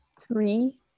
Three